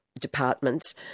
departments